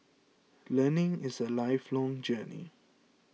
learning is a lifelong journey